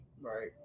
Right